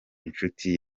inshuti